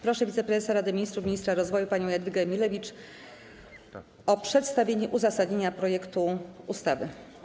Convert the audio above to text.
Proszę wiceprezesa Rady Ministrów, ministra rozwoju panią Jadwigę Emilewicz o przedstawienie uzasadnienia projektu ustawy.